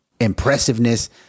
impressiveness